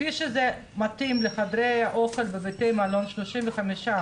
כפי שזה מתאים לחדרי האוכל בבתי מלון 35%,